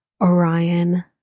Orion